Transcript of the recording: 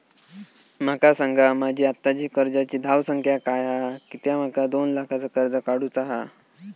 माका सांगा माझी आत्ताची कर्जाची धावसंख्या काय हा कित्या माका दोन लाखाचा कर्ज काढू चा हा?